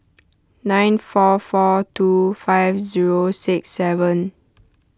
nine four four two five zero six seven